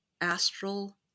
astral